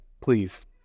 please